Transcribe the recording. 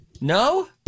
No